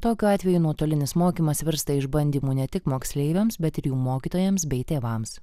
tokiu atveju nuotolinis mokymas virsta išbandymu ne tik moksleiviams bet ir jų mokytojams bei tėvams